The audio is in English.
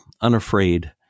unafraid